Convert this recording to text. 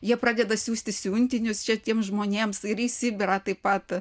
jie pradeda siųsti siuntinius čia tiems žmonėms ir į sibirą taip pat